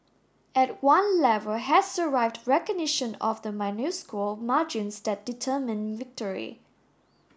at one level has arrived recognition of the minuscule margins that determine victory